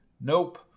Nope